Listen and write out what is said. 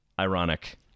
ironic